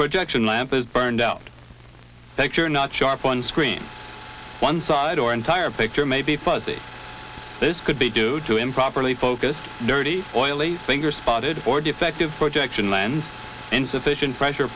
projection lamp is burned out there you're not sharp on screen one side or entire picture may be fuzzy this could be due to improperly focused dirty oily finger spotted or defective projection lens insufficient pressure